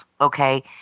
Okay